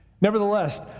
Nevertheless